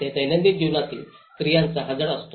ते दैनंदिन जीवनातील क्रियांचा हझार्ड असतो